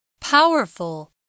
Powerful